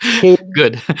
Good